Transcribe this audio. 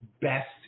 best